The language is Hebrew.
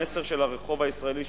המסר של הרחוב הישראלי,